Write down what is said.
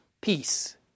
peace